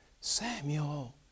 Samuel